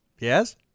Yes